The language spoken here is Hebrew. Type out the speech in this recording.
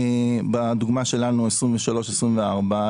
בדוגמה שלנו 2023 ו-2024,